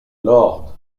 lord